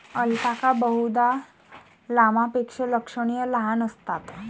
alpaca बहुधा लामापेक्षा लक्षणीय लहान असतात